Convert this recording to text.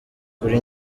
kuri